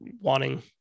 wanting